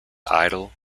idol